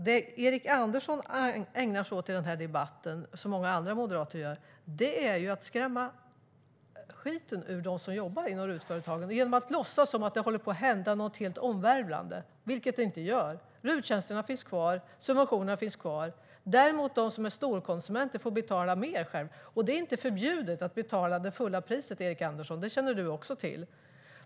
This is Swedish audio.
Det Erik Andersson ägnar sig åt i den här debatten, och som många andra moderater gör, är att skrämma skiten ur dem som jobbar inom RUT-företagen genom att låtsas som att det håller på att hända något helt omvälvande, vilket det inte gör. RUT-tjänsterna finns kvar. Subventionerna finns kvar. Däremot får de som är storkonsumenter betala mer själva. Det är inte förbjudet att betala det fulla priset, Erik Andersson. Det känner du också till.